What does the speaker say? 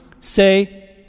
say